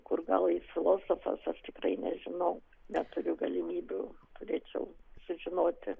kur gal jis filosofas aš tikrai nežinau neturiu galimybių turėčiau sužinoti